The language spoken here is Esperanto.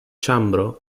ĉambro